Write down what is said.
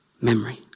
memory